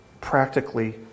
practically